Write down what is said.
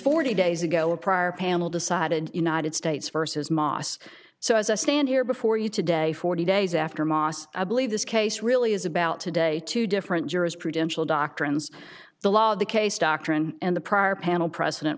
forty days ago a prior panel decided united states versus moss so as i stand here before you today forty days after moss i believe this case really is about today two different jurisprudential doctrines the law of the case doctrine and the prior panel precedent